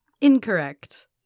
Incorrect